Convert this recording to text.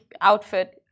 outfit